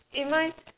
it my